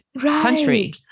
country